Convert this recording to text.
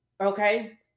Okay